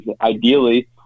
ideally